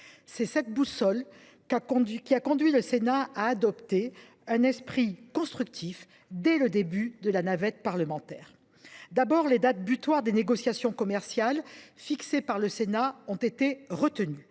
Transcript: C’est cette boussole qui a conduit le Sénat à adopter un esprit constructif dès le début de la navette parlementaire. D’abord, les dates butoirs des négociations commerciales proposées par le Sénat ont été retenues.